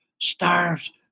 starves